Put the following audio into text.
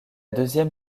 deuxième